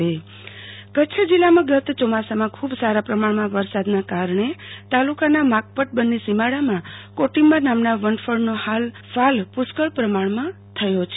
આરતી ભટ કોટોંબા ઃ કચ્છ જિલ્લામા ગત ચોમાસામાં ખૂબ જ સારા પ્રમાણમા વરસાદના કારણે તાલુકાના માકપટ બન્નીના સીમાડામાં કોટીંબા નામના વનફળનો ફાલ પુષ્કળ પ્રમાણમાં થયો છે